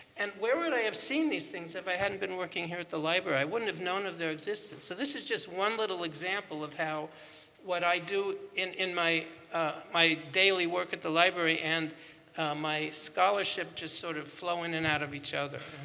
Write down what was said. and where would i have seen these things if i hadn't been working here at the library? i wouldn't have known of their existence. so this is just one little example of how what i do in in my my daily work at the library and my scholarship just sort of flow in and out of each other.